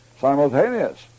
simultaneous